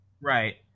right